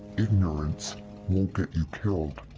ignorance won't get you killed.